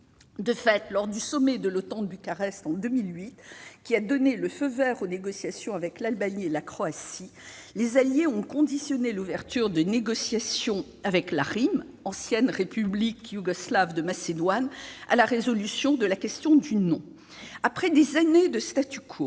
en 2008, lors du sommet de l'OTAN organisé à Bucarest, qui a donné le feu vert aux négociations avec l'Albanie et la Croatie, les alliés ont soumis l'ouverture de négociations avec l'Ancienne République yougoslave de Macédoine, l'ARYM, à la résolution de la question du nom. Après des années de,